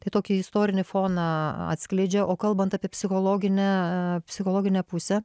tai tokį istorinį foną atskleidžia o kalbant apie psichologinę psichologinę pusę